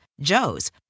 Joe's